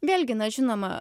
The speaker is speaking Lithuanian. vėlgi na žinoma